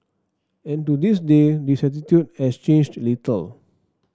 and to this day this attitude has changed little